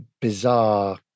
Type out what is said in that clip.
bizarre